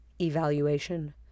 evaluation